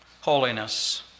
Holiness